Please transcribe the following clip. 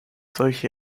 solche